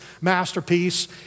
masterpiece